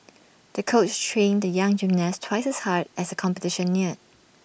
the coach trained the young gymnast twice as hard as the competition neared